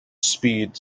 speed